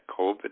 COVID